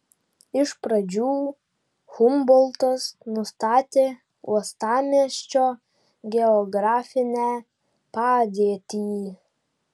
iš pradžių humboltas nustatė uostamiesčio geografinę padėtį